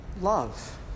love